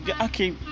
okay